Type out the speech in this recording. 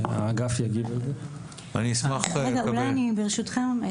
רגע, אולי אני ברשותכם.